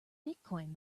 bitcoin